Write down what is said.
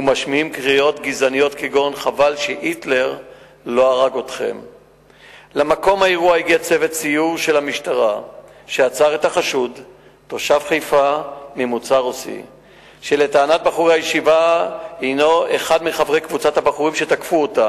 2. כמה מקרים של אלימות עולים בכלל וכלפי דתיים